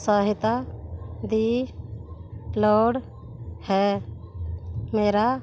ਸਹਾਇਤਾ ਦੀ ਲੋੜ ਹੈ ਮੈਰਾ